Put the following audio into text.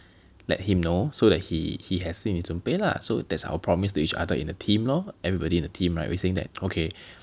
let him know so that he he has 心里准备 lah so that's our promise to each other in a team lor everybody in the team right we saying that okay